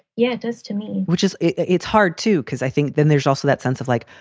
yeah, it does to me, which is it's hard to because i think then there's also that sense of like,